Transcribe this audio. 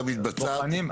בוחנים,